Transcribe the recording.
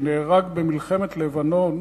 שנהרג במלחמת לבנון,